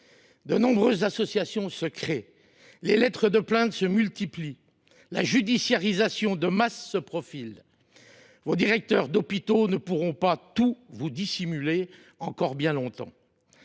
De nombreuses associations se créent, les lettres de plainte prolifèrent, la judiciarisation de masse se profile. Vos directeurs d’hôpitaux ne pourront pas tout vous dissimuler encore bien longtemps.